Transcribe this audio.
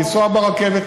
לנסוע ברכבת,